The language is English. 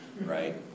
right